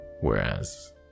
Whereas